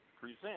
present